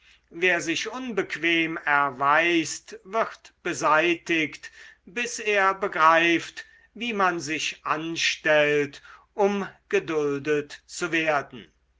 wer sich unbequem erweist wird beseitigt bis er begreift wie man sich anstellt um geduldet zu werden